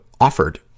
offered